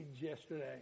yesterday